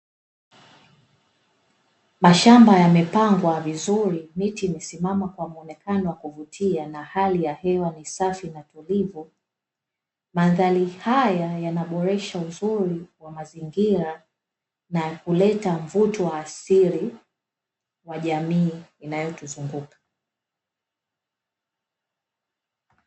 Mashamba yamepangwa vizuri, miti imesimama kwa mwonekano wa kuvutia na hali ya hewa ni safi na tulivu. Mandhari haya yanaboresha uzuri wa mazingira na kuleta mvuto wa asili kwa jamii inayotuzunguka.